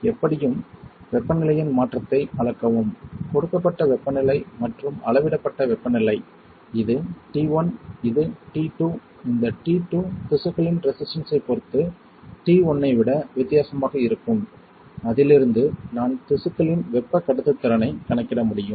எப்படியும் வெப்பநிலையின் மாற்றத்தை அளக்கவும் கொடுக்கப்பட்ட வெப்பநிலை மற்றும் அளவிடப்பட்ட வெப்பநிலை இது t 1 இது t 2 இந்த t 2 திசுக்களின் ரெசிஸ்டன்ஸ் ஐ பொறுத்து t 1 ஐ விட வித்தியாசமாக இருக்கும் அதிலிருந்து நான் திசுக்களின் வெப்ப கடத்துத்திறனைக் கணக்கிட முடியும்